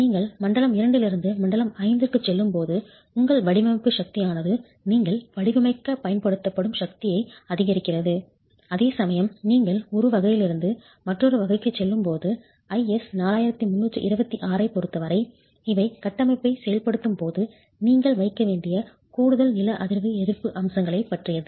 நீங்கள் மண்டலம் II இலிருந்து மண்டலம் V க்கு செல்லும்போது உங்கள் வடிவமைப்பு சக்தியானது நீங்கள் வடிவமைக்கப் பயன்படுத்தும் சக்தியை அதிகரிக்கிறது அதேசமயம் நீங்கள் ஒரு வகையிலிருந்து மற்றொரு வகைக்கு செல்லும்போது IS 4326 ஐப் பொருத்தவரை இவை கட்டமைப்பை செயல்படுத்தும் போது நீங்கள் வைக்க வேண்டிய கூடுதல் நில அதிர்வு எதிர்ப்பு அம்சங்களைப் பற்றியது